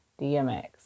DMX